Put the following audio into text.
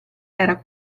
era